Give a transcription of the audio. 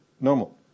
normal